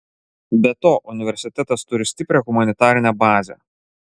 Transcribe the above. be to universitetas turi stiprią humanitarinę bazę